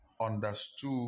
understood